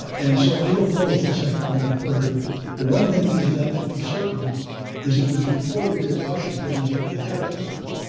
and so i don't know if the second one occurred. but one thing that is absolutely certain is it was reported to washington as if it had occurred,